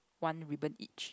one ribbon each